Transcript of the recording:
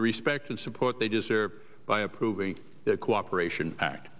the respect of support they deserve by approving the cooperation act